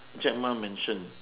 jack ma mentioned